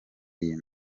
iyi